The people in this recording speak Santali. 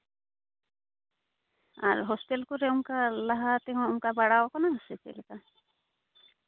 ᱟᱨ ᱦᱳᱥᱴᱮᱞ ᱠᱚᱨᱮ ᱚᱱᱠᱟ ᱞᱟᱦᱟ ᱛᱮᱦᱚᱸ ᱚᱱᱠᱟ ᱵᱟᱲᱟᱣ ᱠᱟᱱᱟᱭ ᱥᱮ ᱪᱮᱫᱞᱮᱠᱟ